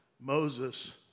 Moses